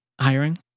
hiring